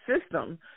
system